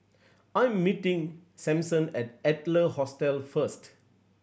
I'm meeting Sampson at Adler Hostel first